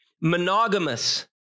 monogamous